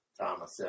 Thomas